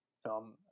film